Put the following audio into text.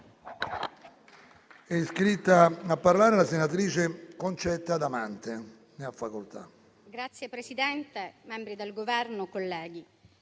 Signor Presidente, membri del Governo, colleghi,